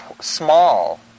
small